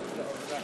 בבקשה.